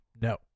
no